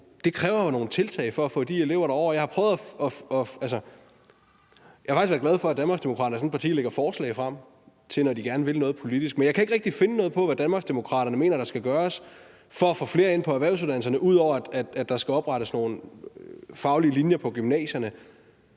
det kræver nogle tiltag for at få de elever derover. Jeg er faktisk glad for, at Danmarksdemokraterne er sådan et parti, der lægger forslag frem, når de gerne vil gøre noget politisk. Men jeg kan ikke finde noget om, hvad Danmarksdemokraterne mener at der skal gøres for at få flere ind på erhvervsuddannelserne, ud over at der skal oprettes nogle faglige linjer på gymnasierne.